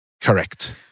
Correct